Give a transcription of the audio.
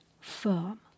firm